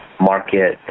market